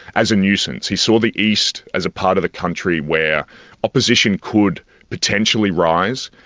as a nuisance. he saw the east as a part of the country where opposition could potentially rise,